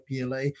PLA